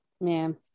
man